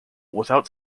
without